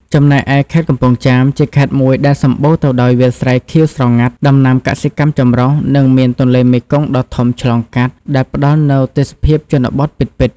ចំណែកឯ ខេត្តកំពង់ចាម ជាខេត្តមួយដែលសម្បូរទៅដោយវាលស្រែខៀវស្រងាត់ ដំណាំកសិកម្មចម្រុះ និងមានទន្លេមេគង្គដ៏ធំឆ្លងកាត់ ដែលផ្តល់នូវទេសភាពជនបទពិតៗ។